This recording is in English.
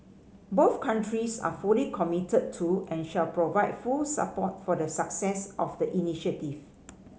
both countries are fully committed to and shall provide full support for the success of the initiative